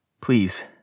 Please